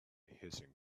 hissing